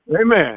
Amen